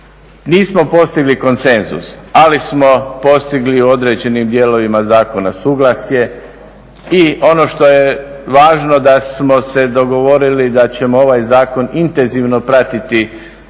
Nismo postigli konsenzus ali smo postigli u određenim dijelovima Zakona suglasje. I ono što je važno da smo se dogovorili da ćemo ovaj Zakon intenzivno pratiti